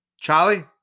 Charlie